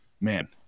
Man